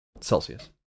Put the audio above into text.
Celsius